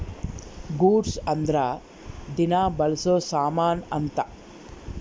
goods ಅಂದ್ರ ದಿನ ಬಳ್ಸೊ ಸಾಮನ್ ಅಂತ